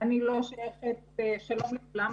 שלום לכולם.